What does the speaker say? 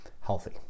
healthy